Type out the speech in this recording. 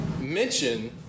mention